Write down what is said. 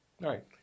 right